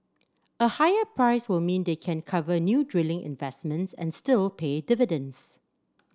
a higher price will mean they can cover new drilling investments and still pay dividends